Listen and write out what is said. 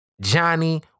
Johnny